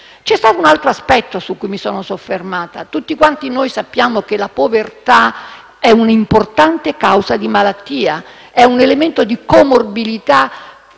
C'è stato un altro aspetto su cui mi sono soffermata: tutti noi sappiamo che la povertà è un'importante causa di malattia, è un elemento di comorbilità